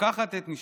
ולוקחת את נשקם.